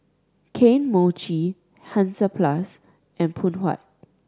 Kane Mochi Hansaplast and Phoon Huat